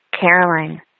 Caroline